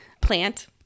plant